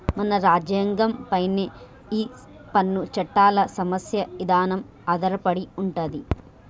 మన రాజ్యంగం పైనే ఈ పన్ను చట్టాల సమస్య ఇదానం ఆధారపడి ఉంటది